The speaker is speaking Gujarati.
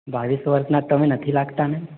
બાવીસ વર્ષના તમે નથી લાગતા ને